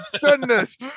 goodness